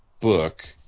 book